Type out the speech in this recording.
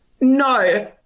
No